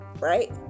Right